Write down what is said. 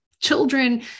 Children